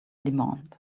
demand